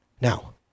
Now